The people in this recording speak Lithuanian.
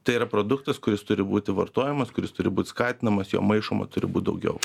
tai yra produktas kuris turi būti vartojamas kuris turi būt skatinamas jo maišoma turi būt daugiau